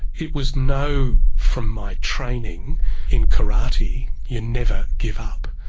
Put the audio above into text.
it was no from my training in karate you never give up.